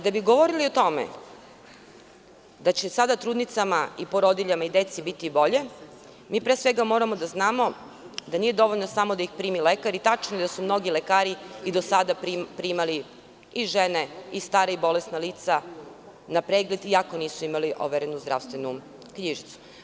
Da bi govorili o tome, da će sada trudnicama i porodiljama i deci biti bolje, mi pre svega moramo da znamo da nije dovoljno samo da ih primi lekar, i tačno je da su mnogi lekari i do sada primali i žene, i stara, i bolesna lica na pregled iako nisu imali overenu zdravstvenu knjižicu.